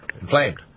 inflamed